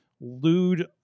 lewd